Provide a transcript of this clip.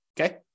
okay